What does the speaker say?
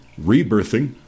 rebirthing